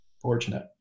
fortunate